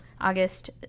August